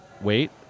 wait